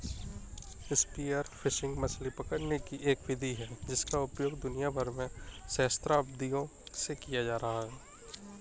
spear fishing मछली पकड़ने की एक विधि है जिसका उपयोग दुनिया भर में सहस्राब्दियों से किया जाता रहा है